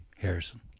Harrison